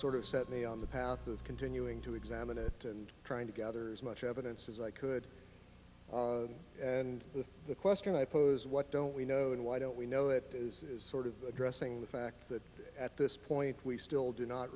sort of set me on the path of continuing to examine it and trying to gather as much evidence as i could and the question i pose what don't we know and why don't we know it is sort of addressing the fact that at this point we still do not